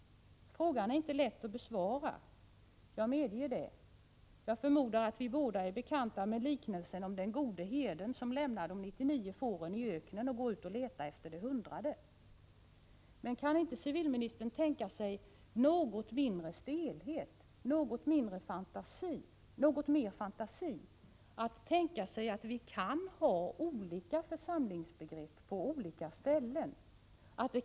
Frågan är inte lätt att besvara — jag medger det. Jag förmodar att vi båda är bekanta med liknelsen om den gode herden, som lämnar de 99 fåren i öknen och går ut och letar efter det hundrade. Kan inte civilministern tänka sig en något mindre stelhet och något mera fantasi? Går det inte att tänka sig olika församlingsbegrepp på olika ställen?